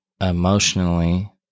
emotionally